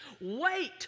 wait